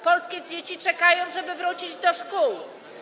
Polskie dzieci czekają, żeby wrócić do szkół.